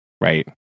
right